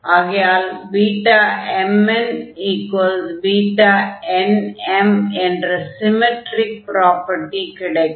ஆகையால் BmnBnm என்ற symmetric property கிடைக்கும்